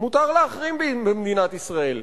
מותר להחרים במדינת ישראל,